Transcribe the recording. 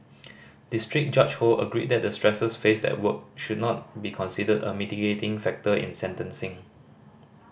district Judge Ho agreed that the stresses faced at work should not be considered a mitigating factor in sentencing